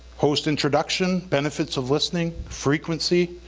host introduction, benefits of listening, frequency,